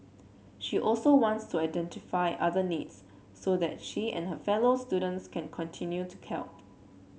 she also wants to identify other needs so that she and her fellow students can continue to help